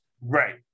Right